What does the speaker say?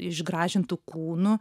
išgražintu kūnu